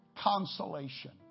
consolation